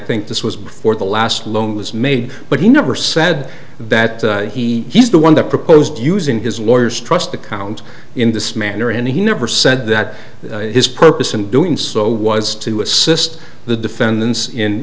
think this was before the last loan was made but he never said that he is the one the proposed using his lawyers trust account in this manner and he never said that his purpose in doing so was to assist the defendants in